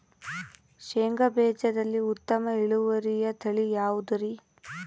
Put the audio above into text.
ಶೇಂಗಾ ಬೇಜದಲ್ಲಿ ಉತ್ತಮ ಇಳುವರಿಯ ತಳಿ ಯಾವುದುರಿ?